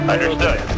Understood